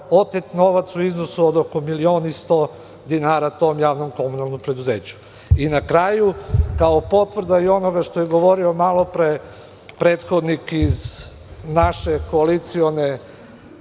otet novac u iznosu od oko milion i sto dinara tom javnom komunalnom preduzeću? Na kraju, kao potvrda onoga što je govorio malopre prethodnih iz naše koalicione